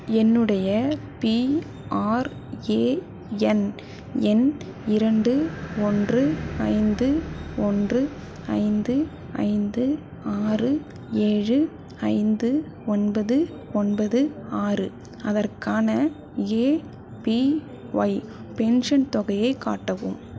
என்னுடைய பிஆர்ஏஎன் எண் இரண்டு ஒன்று ஐந்து ஒன்று ஐந்து ஐந்து ஆறு ஏழு ஐந்து ஒன்பது ஒன்பது ஆறு அதற்கான ஏபிஒய் பென்ஷன் தொகையைக் காட்டவும்